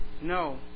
No